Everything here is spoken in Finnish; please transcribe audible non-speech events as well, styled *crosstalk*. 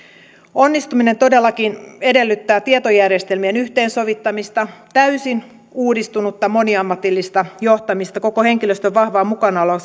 onnistuminen todellakin edellyttää tietojärjestelmien yhteensovittamista täysin uudistunutta moniammatillista johtamista koko henkilöstön vahvaa mukanaoloa *unintelligible*